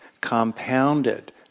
compounded